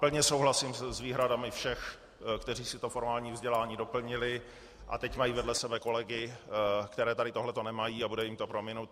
Plně souhlasím s výhradami všech, kteří si to formální vzdělání doplnili a teď mají vedle sebe kolegy, kteří tady tohle nemají, a bude jim to prominuto.